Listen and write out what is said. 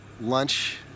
lunch